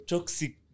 Toxic